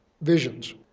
visions